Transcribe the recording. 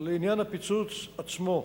לעניין הפיצוץ עצמו: